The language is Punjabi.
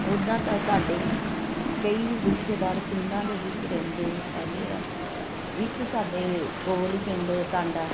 ਉੱਦਾਂ ਤਾਂ ਸਾਡੇ ਕਈ ਰਿਸ਼ਤੇਦਾਰ ਪਿੰਡਾਂ ਦੇ ਵਿੱਚ ਰਹਿੰਦੇ ਹੈਗੇ ਆ ਇੱਕ ਸਾਡੇ ਕੋਲ ਹੀ ਪਿੰਡ ਟਾਂਡਾ